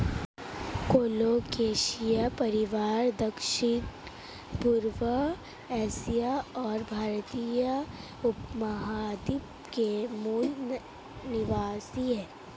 colocasia परिवार दक्षिणपूर्वी Asia और भारतीय उपमहाद्वीप के मूल निवासी है